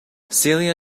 celia